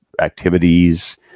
activities